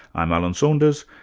i'm alan saunders,